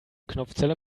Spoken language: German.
knopfzelle